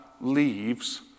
leaves